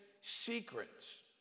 secrets